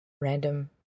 random